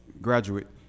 graduate